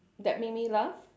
that make me laugh